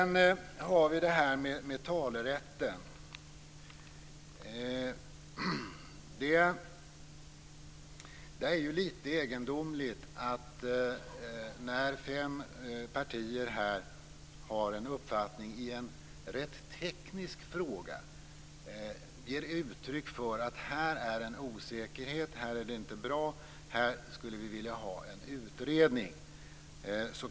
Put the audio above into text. När det gäller talerätten har fem partier gett uttryck för en uppfattning i en rätt teknisk fråga, nämligen att det här föreligger en osäkerhet, att det är någonting som inte är bra och att man skulle vilja ha en utredning till stånd.